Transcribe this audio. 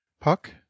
puck